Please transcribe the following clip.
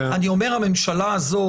אני אומר שהממשלה הזו,